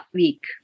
week